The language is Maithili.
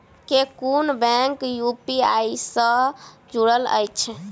केँ कुन बैंक यु.पी.आई सँ जुड़ल अछि?